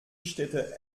städte